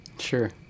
Sure